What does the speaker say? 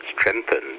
strengthened